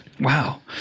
Wow